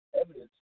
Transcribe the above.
evidence